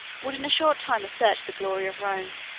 would in a short time assert the glory of rome,